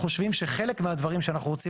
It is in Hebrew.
אנחנו נתחיל בבנייה החדשה